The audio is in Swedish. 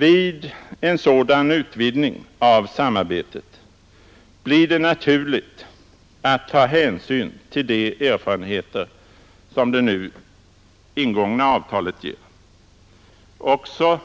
Vid en sådan utvidgning av samarbetet blir det naturligt att ta hänsyn till de erfarenheter som det nu ingångna avtalet ger. Också